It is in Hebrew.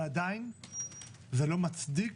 אבל עדיין זה לא מצדיק